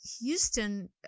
Houston